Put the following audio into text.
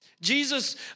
Jesus